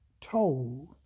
told